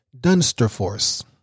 Dunsterforce